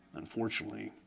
unfortunately,